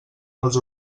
els